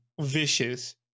vicious